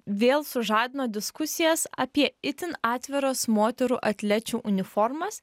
vėl sužadino diskusijas apie itin atviras moterų atlečių uniformas